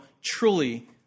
truly